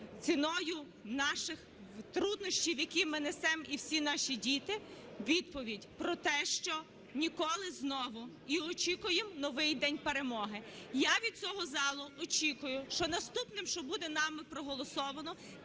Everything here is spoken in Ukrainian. ціною наших труднощів, які ми несемо і всі наші діти, відповідь про те, що ніколи знову, і очікуємо новий день перемоги. Я від цього залу очікую, що наступним, що буде нами проголосовано,